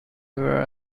were